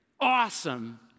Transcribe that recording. awesome